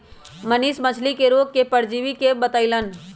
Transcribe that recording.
मनीष मछ्ली के रोग के परजीवी बतई लन